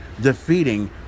defeating